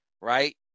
right